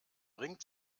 ring